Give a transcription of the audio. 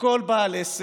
שכל בעל עסק,